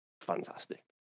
fantastic